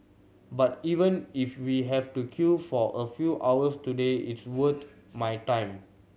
but even if we have to queue for a few hours today it's worth my time